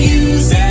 use